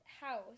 house